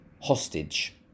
hostage